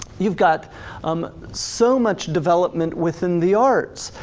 you've got um so much development within the arts,